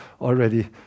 already